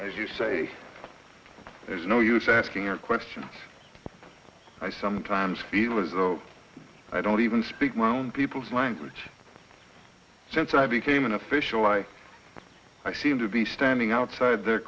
as you say there's no use asking a question i sometimes feel as though i don't even speak my own people's language since i became an official i i seem to be standing outside the